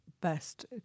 best